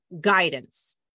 Guidance